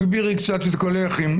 עוקבת בעניין רב אחרי הצעת החוק, יחד